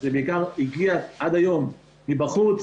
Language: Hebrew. זה בעיקר הגיע עד היום מבחוץ.